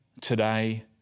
today